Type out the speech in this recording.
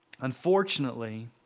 Unfortunately